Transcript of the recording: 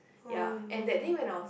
oh no